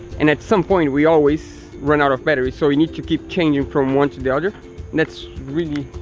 and at some point we always run out of batteries, so you need to keep changing from one to the other. that's really.